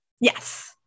Yes